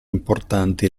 importanti